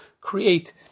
create